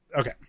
okay